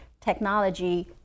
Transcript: technology